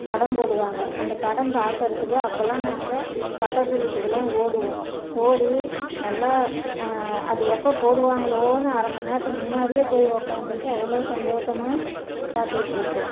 படம் போடுவாங்க அந்த படம் பார்க்கறதுக்கு அப்போலாம் நாங்கள் பக்கத்து வீட்டுக்கு எல்லாம் ஓடுவோம் ஓடி நல்லா அது எப்போ போடுவாங்களோன்னு அரைமண் நேரத்துக்கு முன்னாடியே போய் உக்காந்துக்கிட்டு அவ்வளோ சந்தோசமாக பார்த்துக்கிட்ருப்போம்